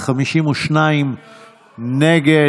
52 נגד.